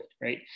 right